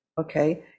Okay